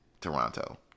Toronto